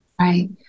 Right